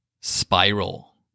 Spiral